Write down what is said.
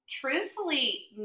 Truthfully